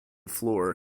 floor